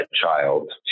child